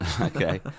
Okay